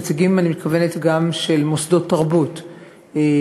בנציגים אני מתכוונת גם לנציגים של מוסדות תרבות ערביים,